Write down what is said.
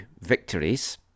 victories